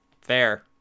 Fair